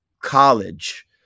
college